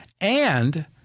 and-